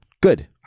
good